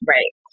Right